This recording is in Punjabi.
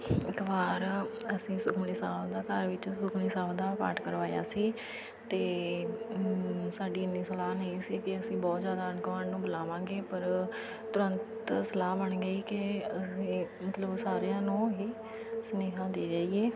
ਇੱਕ ਵਾਰ ਅਸੀਂ ਸੁਖਮਨੀ ਸਾਹਿਬ ਦਾ ਘਰ ਵਿੱਚ ਸੁਖਮਨੀ ਸਾਹਿਬ ਦਾ ਪਾਠ ਕਰਵਾਇਆ ਸੀ ਤੇ ਸਾਡੀ ਇੰਨੀ ਸਲਾਹ ਨਹੀਂ ਸੀ ਕਿ ਅਸੀਂ ਬਹੁਤ ਜ਼ਿਆਦਾ ਆਂਢ ਗੁਆਂਢ ਨੂੰ ਬੁਲਾਵਾਂਗੇ ਪਰ ਤੁਰੰਤ ਸਲਾਹ ਬਣ ਗਈ ਕਿ ਮਤਲਬ ਸਾਰਿਆਂ ਨੂੰ ਹੀ ਸੁਨੇਹਾ ਦੇ ਦੇਈਏ